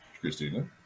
Christina